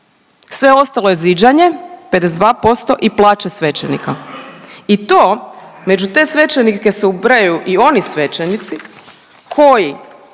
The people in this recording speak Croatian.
Sve ostalo je ziđanje 52% i plaće svećenika. I to među te svećenike se ubrajaju i oni svećenici koji